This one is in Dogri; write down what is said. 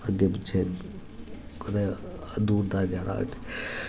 अग्गें पिच्छें कुदै दूर दार जाना होऐ ते